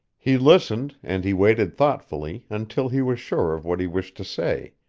he listened, and he waited thoughtfully until he was sure of what he wished to say.